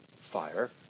fire